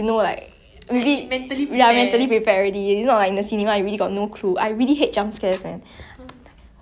!wah! I cannot cannot take it oh yeah we talked about that what is your like what what genre of movie do you like